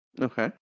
Okay